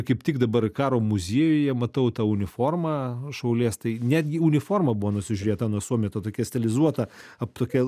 kaip tik dabar karo muziejuje matau tą uniformą šaulės tai netgi uniforma buvo nusižiūrėta nuo suomių ta tokia stilizuota ab tokia